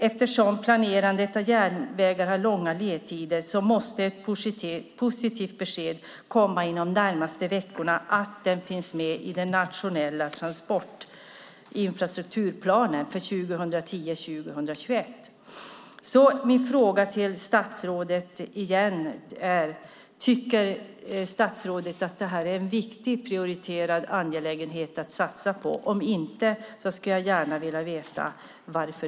Eftersom planerandet av järnvägar har långa ledtider måste dock ett positivt besked att denna sträcka finnas med i den nationella transportinfrastrukturplanen för 2010-2021 som ska komma inom de närmaste veckorna. Min fråga till statsrådet, igen, är: Tycker statsrådet att detta är en viktig och prioriterad angelägenhet att satsa på? Om inte skulle jag gärna vilja veta varför.